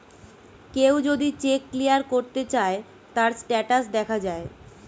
কেউ যদি cheque clear করতে চায়, তার স্টেটাস দেখা যায়